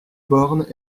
borne